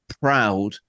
proud